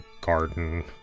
garden